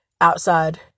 outside